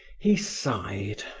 he sighed.